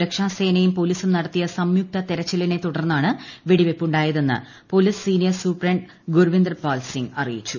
സുരക്ഷാ സേനയും പോലീസും നടത്തിയ സംയുക്ത തെരച്ചിലിനെ തുടർന്നാണ് വെടി വയ്പുണ്ടായതെന്ന് police senior superintendent Gurwinderpal Singh അറിയിച്ചു